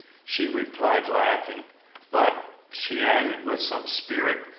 she replied, laughing but, she added with some spirit,